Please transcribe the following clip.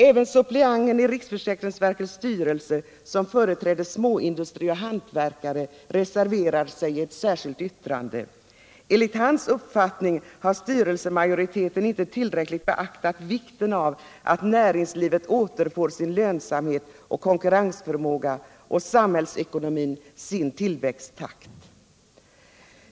Även suppleanten i riksförsäkringsverkets styrelse som företräder småindustri och hantverkare reserverar sig i ett särskilt yttrande. Enligt hans uppfattning har styrelsemajoriteten inte tillräckligt beaktat vikten av att näringslivet återfår sin lönsamhet och konkurrensförmåga och samhällsekonomin sin tillväxttakt.